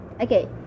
Okay